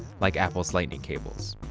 like apple's lightning cables.